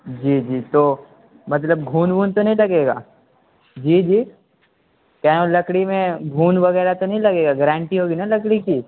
جی جی تو مطلب گھن وون تو نہیں لگے گا جی جی کہہ رہا ہوں لکڑی میں گھن وغیرہ تو نہیں لگے گا گرانٹی ہوگی نا لکڑی کی